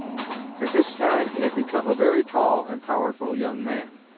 at this time he had become a very tall and powerful young man.